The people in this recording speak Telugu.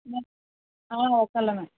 ఒక్కళ్ళమే